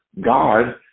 God